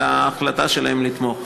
על ההחלטה שלהם לתמוך.